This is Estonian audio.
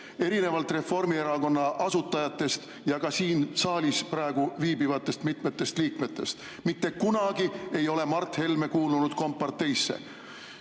erinevalt Reformierakonna asutajatest ja ka siin saalis praegu viibivatest mitmetest liikmetest. Mitte kunagi ei ole Mart Helme kuulunud komparteisse